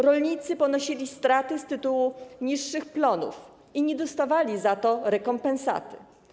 Rolnicy ponosili straty z tytułu niższych plonów i nie dostawali za to rekompensaty.